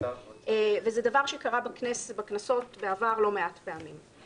זה דבר שקרה בכנסות בעבר לא מעט פעמים.